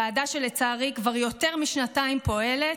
ועדה שלצערי כבר יותר משנתיים פועלת,